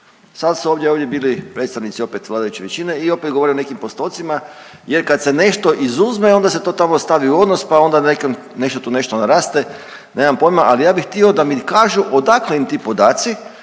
ovdje, ovdje bili predstavnici opet vladajuće većine i opet govore o nekim postocima jer kad se nešto izuzme onda se to tamo stavi u odnos, pa onda nakon nešto tu nešto naraste, nemam pojma, ali ja bih htio da mi kažu odakle im ti podaci,